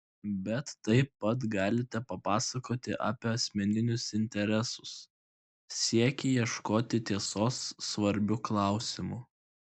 bet taip pat galite papasakoti apie asmeninius interesus siekį ieškoti tiesos svarbiu klausimu